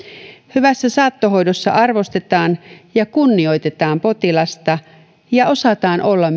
hyvässä saattohoidossa arvostetaan ja kunnioitetaan potilasta ja osataan olla